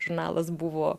žurnalas buvo